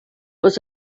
was